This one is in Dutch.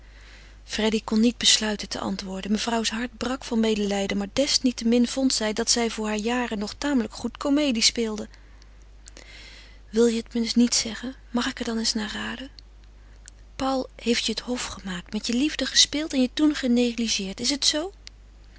freddy kon niet besluiten te antwoorden mevrouws hart brak van medelijden maar desniettemin vond zij dat zij voor hare jaren nog tamelijk goed comedie speelde wil je het me niet zeggen mag ik er dan eens naar raden paul heeft je het hof gemaakt met je liefde gespeeld en je toen genegligeerd is het zoo